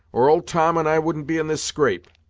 or old tom and i wouldn't be in this scrape.